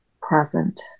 present